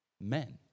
men